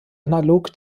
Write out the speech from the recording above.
analog